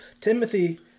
Timothy